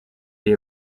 the